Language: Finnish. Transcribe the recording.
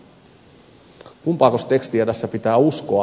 kumpaakos tekstiä tässä pitää uskoa